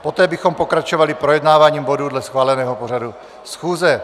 Poté bychom pokračovali projednáváním bodů dle schváleného pořadu schůze.